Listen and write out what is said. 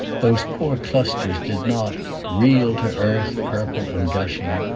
those poor clusters did not reel to earth purple and gushing,